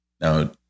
Now